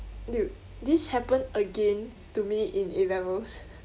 dude this happened again to me in A-levels